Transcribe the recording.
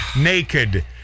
naked